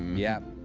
yeah.